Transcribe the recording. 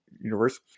Universe